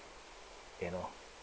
you know